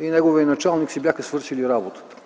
и неговият началник си бяха свършили работата.